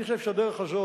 אני חושב שהדרך הזאת,